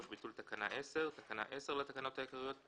ביטול תקנה 10 תקנה 10 לתקנות העיקריות בטלה.